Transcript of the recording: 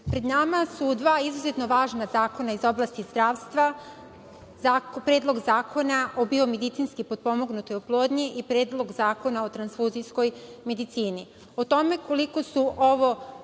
pred nama su dva izuzetno važna zakona iz oblasti zdravstva - Predlog zakona o biomedicinski potpomognutoj oplodnji i Predlog zakona o transfuzijskoj medicini.O